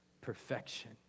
perfection